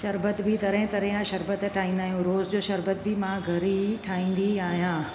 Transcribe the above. शरबत बि तरह तरह या शरबत बि ठाहींदा आहियूं रोज़ जो शरबत बि मां घरु ई ठाहींदी आहियां